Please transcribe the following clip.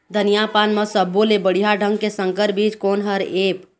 धनिया पान म सब्बो ले बढ़िया ढंग के संकर बीज कोन हर ऐप?